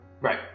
right